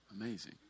Amazing